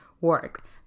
work